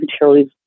materials